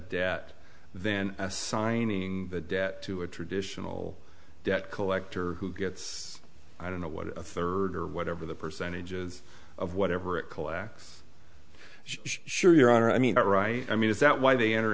debt then assigning the debt to a traditional debt collector who gets i don't know what a third or whatever the percentages of whatever it collects sure your honor i mean that right i mean is that why they enter